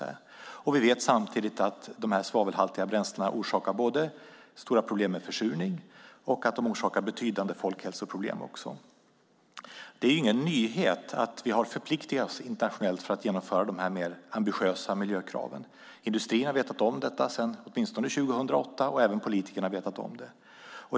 Samtidigt vet vi att de svavelhaltiga bränslena orsakar stora problem med försurning och ger betydande folkhälsoproblem. Det är ingen nyhet att vi internationellt förpliktat oss att genomföra de mer ambitiösa miljökraven. Industrin har vetat om det sedan åtminstone 2008, och även politikerna har vetat om det.